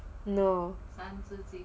no